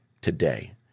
today